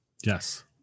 Yes